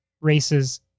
races